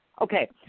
Okay